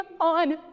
on